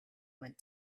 went